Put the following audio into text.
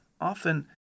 often